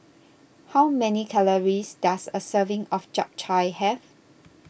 how many calories does a serving of Chap Chai have